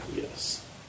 Yes